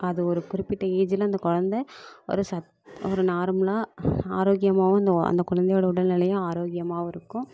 அது ஒரு குறிப்பிட்ட ஏஜில் அந்த கொழந்தை ஒரு ஒரு நார்மலாக ஆரோக்கியமாகவும் இந்த அந்த குழந்தையோட உடல்நிலையும் ஆரோக்கியமாகவும் இருக்கும்